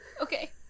Okay